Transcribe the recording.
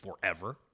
forever